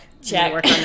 Check